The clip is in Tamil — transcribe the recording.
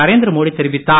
நரேந்திர மோடி தெரிவித்தார்